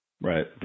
right